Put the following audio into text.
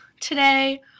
today